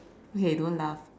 okay don't laugh